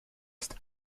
ist